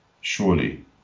Surely